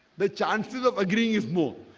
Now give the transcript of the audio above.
the chances of agreeing is more.